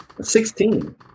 Sixteen